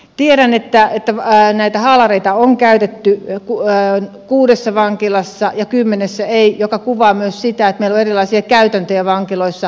tiedän että näitä haalareita on käytetty kuudessa vankilassa ja kymmenessä ei mikä kuvaa myös sitä että meillä on erilaisia käytäntöjä vankiloissa